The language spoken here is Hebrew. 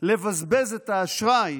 לבזבז את האשראי